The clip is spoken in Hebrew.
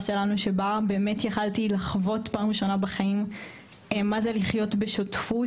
שלנו שבה באמת יכולתי לחוות פעם ראשונה בחיים מה זה לחיות בשותפות.